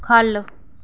ख'ल्ल